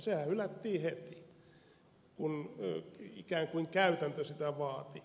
sehän hylättiin heti kun ikään kuin käytäntö sitä vaati